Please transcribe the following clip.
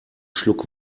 schluck